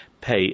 pay